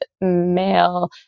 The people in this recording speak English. male